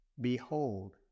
Behold